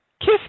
kiss